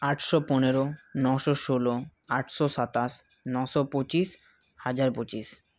আটশো পনেরো নশো ষোলো আটশো সাতাশ নশো পঁচিশ হাজার পঁচিশ